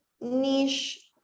niche